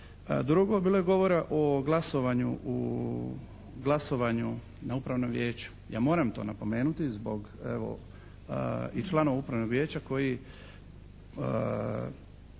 Drugo, bilo je govora o glasovanju na upravnom vijeću. Ja moram to napomenuti zbog evo i članova upravnog vijeća koji